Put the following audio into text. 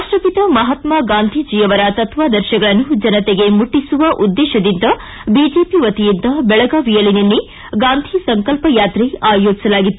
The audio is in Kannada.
ರಾಷ್ಟಪಿತ ಮಹಾತ್ಮಾ ಗಾಂಧೀಜಿಯವರ ತತ್ವಾದರ್ಶಗಳನ್ನು ಜನತೆಗೆ ಮುಟ್ಟಸುವ ಉದ್ದೇಶದಿಂದ ಬಿಜೆಪಿ ವತಿಯಿಂದ ಬೆಳಗಾವಿಯಲ್ಲಿ ನಿನ್ನೆ ಗಾಂಧಿ ಸಂಕಲ್ಪ ಯಾತ್ರೆ ಆಯೋಜಿಸಲಾಗಿತ್ತು